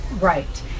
right